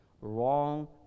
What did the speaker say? Wrong